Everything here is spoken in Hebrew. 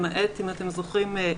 למעט אם אתם זוכרים,